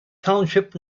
township